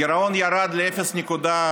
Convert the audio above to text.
הגירעון ירד ל-0.6%,